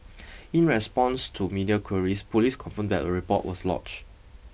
in response to media queries police confirmed that a report was lodge